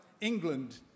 England